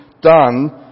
done